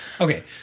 Okay